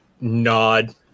nod